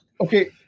Okay